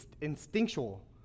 instinctual